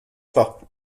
pas